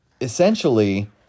essentially